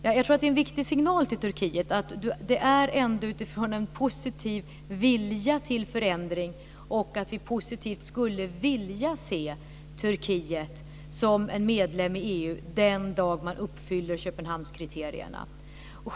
Jag tror att det är en viktig signal till Turkiet att det ändå är utifrån en positiv vilja till förändring och att vi positivt skulle vilja se Turkiet som medlem i EU den dag man uppfyller Köpenhamnskriterierna.